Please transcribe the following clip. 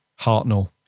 Hartnell